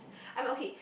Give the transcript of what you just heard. I'm okay